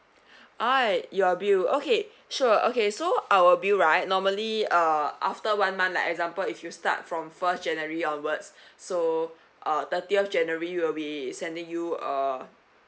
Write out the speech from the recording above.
alright your bill okay sure okay so our bill right normally uh after one month like example if you start from first january onwards so uh thirtieth january we'll be sending you uh